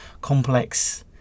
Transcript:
complex